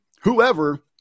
whoever